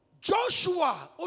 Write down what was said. Joshua